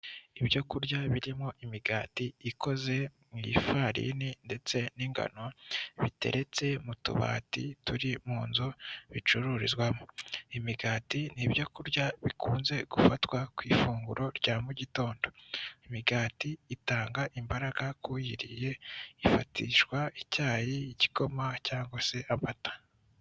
Ibyo kurya birimo imigati ikoze mu ifarini ndetse n'ingano, biteretse mu tubati turi mu nzu bicururizwamo, imigati ni byo kurya bikunze gufatwa ku ifunguro rya mu mu gitondo, imigati itanga imbaraga kuyiriye ifatishwa icyayi, igikoma cyangwa se amata.